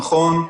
נכון.